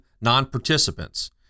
non-participants